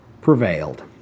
prevailed